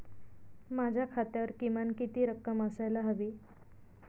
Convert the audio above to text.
माझ्या खात्यावर किमान किती रक्कम असायला हवी?